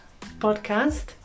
podcast